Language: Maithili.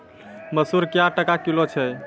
मसूर क्या टका किलो छ?